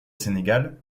sénégal